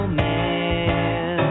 man